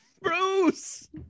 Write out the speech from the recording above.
Bruce